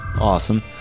awesome